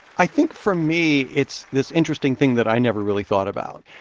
i think for me it's this interesting thing that i never really thought about.